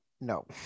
No